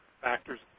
factors